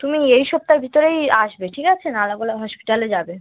তুমি এই সপ্তাহর ভিতরেই আসবে ঠিক আছে নালাগোলা হসপিটালে যাবে